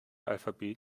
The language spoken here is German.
alphabet